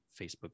facebook